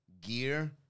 gear